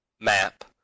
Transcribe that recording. map